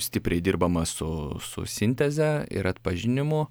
stipriai dirbama su su sinteze ir atpažinimu